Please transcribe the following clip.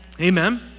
Amen